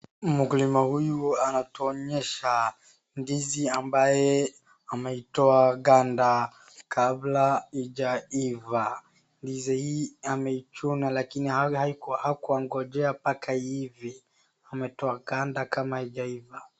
Mkulima huyu anatuonyesha ndizi ambaye ameitoa ganda kabla hijaiva, ndizi hii ameichuna lakini hakungojea hadi iive ametoa ganda kama haijaiva.